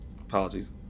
apologies